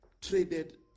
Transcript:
Traded